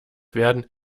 werden